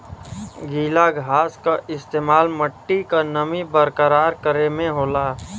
गीला घास क इस्तेमाल मट्टी क नमी बरकरार करे में होला